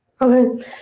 Okay